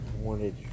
wanted